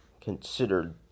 considered